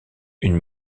une